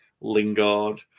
Lingard